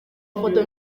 amafoto